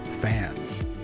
fans